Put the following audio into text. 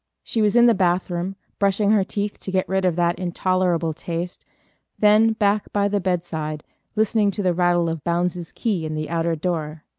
she was in the bathroom, brushing her teeth to get rid of that intolerable taste then back by the bedside listening to the rattle of bounds's key in the outer door.